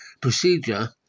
procedure